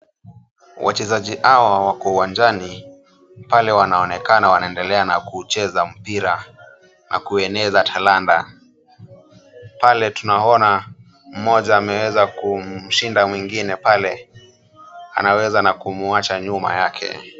Wachezaji hawa wako uwanjani pale wanaonekana wanaendelea kucheza mpira na kueneza talanta. Pale tunaona mmoja ameweza kumshinda mwingine pale anaweza na kumwacha nyuma yake.